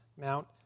Mount